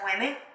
women